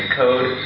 code